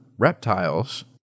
Reptiles